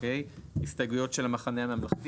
הסתייגויות של המחנה הממלכתי.